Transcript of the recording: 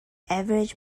average